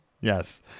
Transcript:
Yes